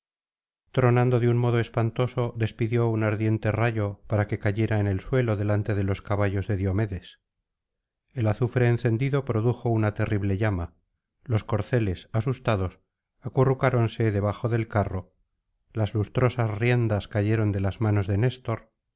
tronando de un modo espantoso despidió un ardiente rayo para que cayera en el suelo delante de los caballos de diomedes el azufre encendido produjo una terrible llama los corceles asustados acurrucáronse debajo del carro las lustrosas riendas cayeron de las manos de néstor